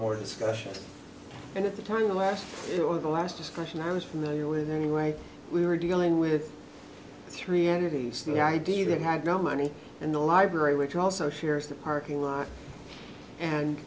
more discussion and at the time the last two or the last discussion i was familiar with anyway we were dealing with three entities the idea that had no money in the library which also shares the parking lot and